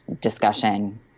discussion